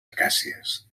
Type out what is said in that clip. acàcies